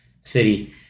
city